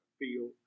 feel